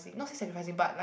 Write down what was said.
not say sacrificing but like